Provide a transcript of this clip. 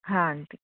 हा आंटी